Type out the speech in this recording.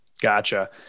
Gotcha